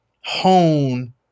hone